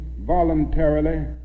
voluntarily